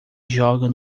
jogam